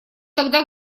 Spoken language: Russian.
тогда